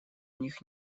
них